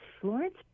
Florence